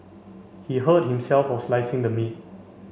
he hurt himself while slicing the meat